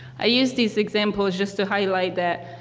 i use these examples just to highlight the,